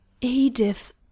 Edith